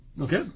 Okay